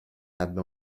abbia